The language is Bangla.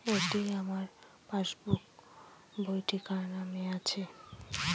এটি আমার পাসবুক বইটি কার নামে আছে?